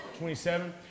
27